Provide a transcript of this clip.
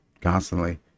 constantly